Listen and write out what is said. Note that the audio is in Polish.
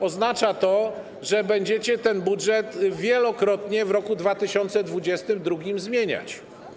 Oznacza to, że będziecie ten budżet wielokrotnie w roku 2022 zmieniać.